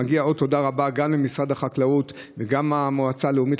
מגיעה תודה רבה גם למשרד החקלאות וגם למועצה הלאומית